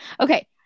Okay